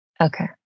Okay